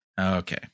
okay